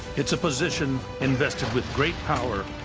it's a position invested with great power,